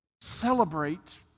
celebrate